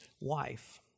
wife